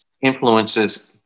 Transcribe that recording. influences